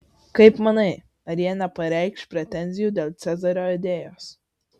kaip manai ar jie nepareikš pretenzijų dėl cezario idėjos